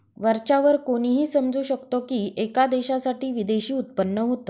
वरच्या वर कोणीही समजू शकतो की, एका देशासाठी विदेशी उत्पन्न होत